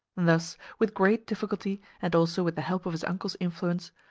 thus, with great difficulty, and also with the help of his uncle's influence,